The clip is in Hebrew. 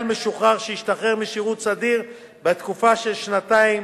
משוחרר שהשתחרר משירות סדיר בתקופה של שנתיים